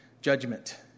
judgment